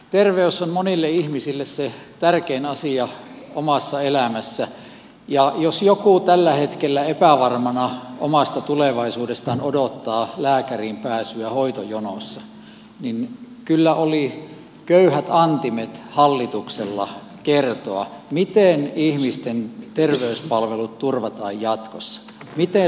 terveys on monille ihmisille se tärkein asia omassa elämässä ja jos joku tällä hetkellä epävarmana omasta tulevaisuudestaan odottaa lääkäriin pääsyä hoitojonossa niin kyllä oli köyhät antimet hallituksella kertoa miten ihmisten terveyspalvelut turvataan jatkossa miten lääkäriin pääsee